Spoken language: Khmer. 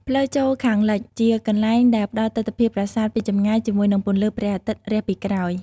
ផ្លូវចូលខាងលិច: ជាកន្លែងដែលផ្តល់ទិដ្ឋភាពប្រាសាទពីចម្ងាយ ជាមួយនឹងពន្លឺព្រះអាទិត្យរះពីក្រោយ។